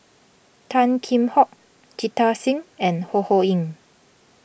Tan Kheam Hock Jita Singh and Ho Ho Ying